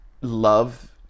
Love